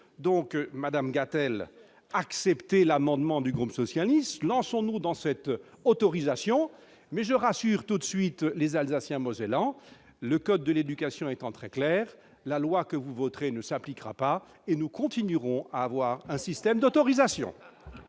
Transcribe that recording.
! Madame Gatel, acceptez l'amendement du groupe socialiste et républicain, et lançons-nous dans cette procédure d'autorisation ! Cela étant, je rassure tout de suite les Alsaciens-Mosellans : le code de l'éducation est très clair, la loi que vous voterez ne s'appliquera pas, et nous continuerons à avoir un système d'autorisation